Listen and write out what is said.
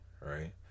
Right